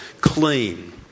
clean